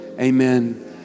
Amen